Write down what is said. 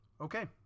Okay